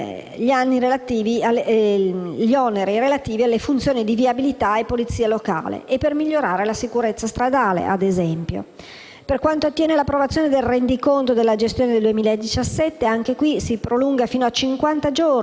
Per quanto attiene l'approvazione del rendiconto della gestione del 2017 si prolunga fino a cinquanta giorni il termine entro il quale l'organo regionale di controllo assegna al consiglio comunale e provinciale l'incarico